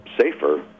safer